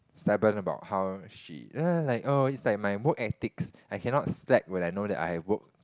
stubborn about how she oh it's like my work ethics I cannot slack when I know that I have work